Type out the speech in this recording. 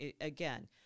again